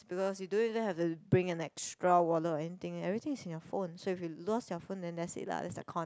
because you don't even have to bring an extra wallet or anything everything is in your phone so if you lost your phone then that's it lah that's the con